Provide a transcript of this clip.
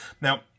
Now